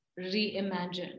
reimagine